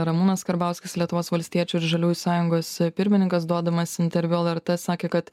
ramūnas karbauskis lietuvos valstiečių ir žaliųjų sąjungos pirmininkas duodamas interviu lrt sakė kad